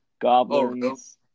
goblins